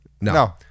no